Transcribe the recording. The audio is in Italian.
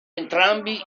entrambi